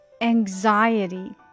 Anxiety